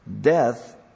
Death